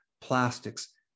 plastics